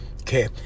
okay